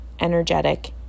energetic